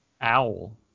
Owl